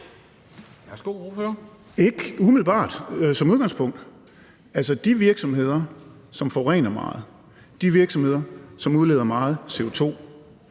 Torsten Gejl (ALT): Ikke umiddelbart, som udgangspunkt. Altså, de virksomheder, som forurener meget, de virksomheder, som udleder meget CO2,